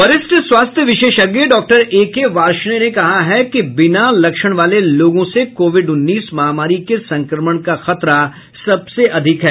वरिष्ठ स्वास्थ्य विशेषज्ञ डॉक्टर ए के वार्ष्णेय ने कहा है कि बिना लक्षण वाले लोगों से कोविड उन्नीस महामारी के संक्रमण का खतरा सबसे अधिक है